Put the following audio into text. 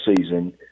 season